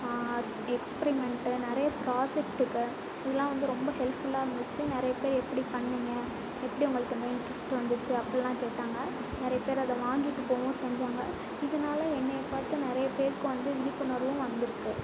ஸ் எக்ஸ்பிரிமெண்ட் நிறைய பிராஜெக்ட்டுக்கு இங்கேலாம் வந்து ரொம்ப ஹெல்ப் ஃபுல்லாக இருந்துச்சு நிறைய பேர் எப்படி பண்ணிங்க எப்படி உங்களுக்கு இந்த இன்ட்ரெஸ்ட் வந்துச்சு அப்படியெல்லாம் கேட்டாங்க நிறைய பேர் அதை வாங்கிட்டு போகவும் செஞ்சாங்க இதனால என்னைய பார்த்து நிறைய பேருக்கு வந்து விழிப்புணர்வும் வந்துயிருக்கு